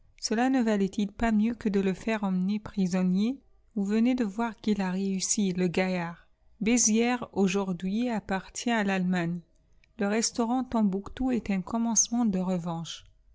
cela ne valait-il pas mieux que de le faire emmener prisonnier vous venez de voir qu'il a réussi le gaillard bézières aujourd'hui appartient à l'allemagne le restaurant tombouctou est un commencement de revanche